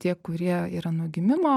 tie kurie yra nuo gimimo